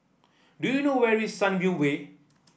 do you know where is Sunview Way